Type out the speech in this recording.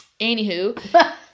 anywho